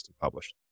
published